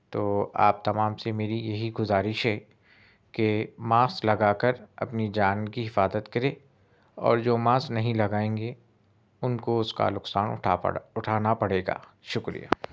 تو آپ تمام سے میری یہی گزارش ہے کہ ماسک لگا کر اپنی جان کی حفاظت کریں اور جو ماسک نہیں لگائیں گے ان کو اس کا نقصان اٹھاپا اٹھانا پڑے گا شکریہ